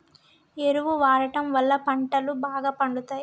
ఎరువు వాడడం వళ్ళ పంటలు బాగా పండుతయి